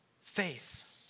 faith